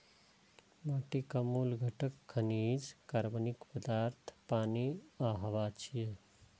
माटिक मूल घटक खनिज, कार्बनिक पदार्थ, पानि आ हवा छियै